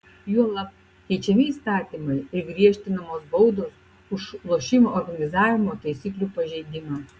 juolab keičiami įstatymai ir griežtinamos baudos už lošimo organizavimo taisyklių pažeidimą